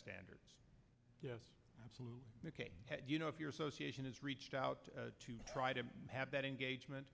standards yes absolutely you know if your association has reached out to try to have that engagement